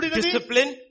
discipline